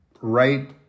right